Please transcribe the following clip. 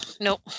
Nope